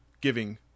giving